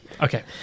Okay